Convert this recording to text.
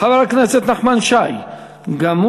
חבר הכנסת נחמן שי גם,